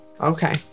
okay